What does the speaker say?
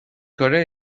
کاره